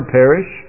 perish